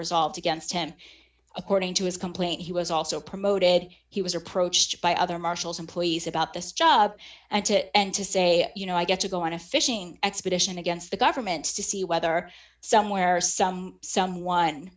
resolved against him according to his complaint he was also promoted he was approached by other marshals employees about this job and to and to say you know i get to go on a fishing expedition against the government to see whether somewhere some someone